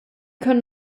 können